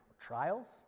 trials